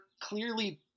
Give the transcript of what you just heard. clearly